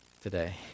today